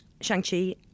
Shang-Chi